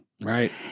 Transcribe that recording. Right